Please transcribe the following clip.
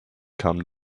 come